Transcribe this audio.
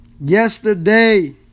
yesterday